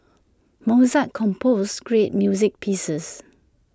Mozart composed great music pieces